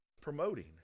Promoting